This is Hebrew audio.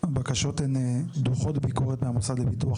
הבקשות הן דוחות ביקורת מהמוסד לביטוח